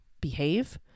behave